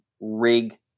rig